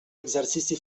exercici